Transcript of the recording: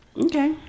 okay